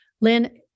Lynn